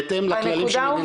בהתאם לכללים של מדינת ישראל.